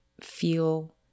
feel